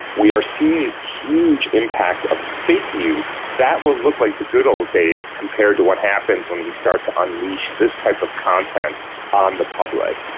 we are seeing huge impacts of fake news. that will look like the good old days compared to what happens when we start to unleash this type of content on the public,